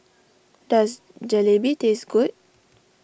does Jalebi taste good